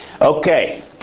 Okay